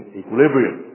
equilibrium